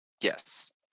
Yes